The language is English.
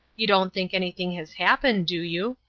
you don't think anything has happened, do you?